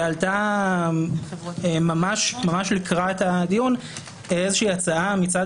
ועלתה ממש לקראת הדיון איזושהי הצעה מצד